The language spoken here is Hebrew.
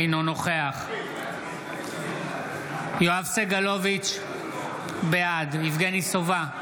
אינו נוכח יואב סגלוביץ' בעד יבגני סובה,